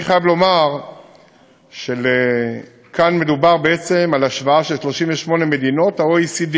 אני חייב לומר שכאן מדובר בעצם על השוואה של 38 מדינות ה-OECD.